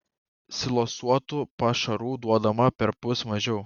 silosuotų pašarų duodama perpus mažiau